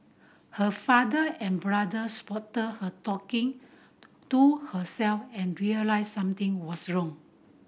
her father and brother spotted her talking to herself and realised something was wrong